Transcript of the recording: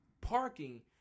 parking